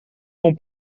kon